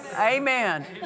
Amen